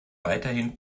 weiterhin